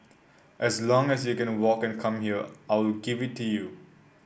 as long as you can walk and come here I will give it to you